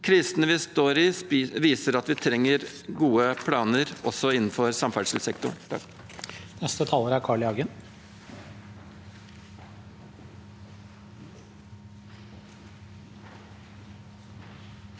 Krisene vi står i, viser at vi trenger gode planer også innenfor samferdselssektoren.